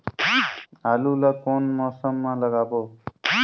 आलू ला कोन मौसम मा लगाबो?